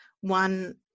one